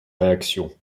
réaction